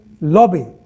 lobby